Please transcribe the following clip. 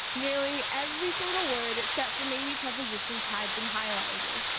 nearly every single word except for maybe prepositions had been highlighted.